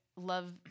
Love